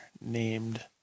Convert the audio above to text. named